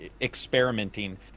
experimenting